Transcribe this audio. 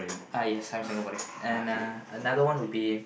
uh yes I'm Singaporean and uh another one would be